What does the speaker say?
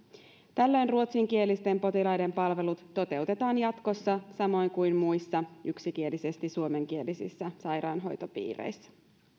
tällöin ruotsinkielisten potilaiden palvelut toteutetaan jatkossa samoin kuin muissa yksikielisesti suomenkielisissä sairaanhoitopiireissä